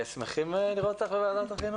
אנחנו שמחים לראות אותך בוועדת החינוך.